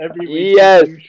Yes